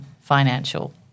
financial